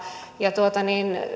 ja